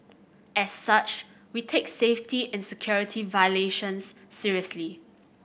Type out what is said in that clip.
as such we take safety and security violations seriously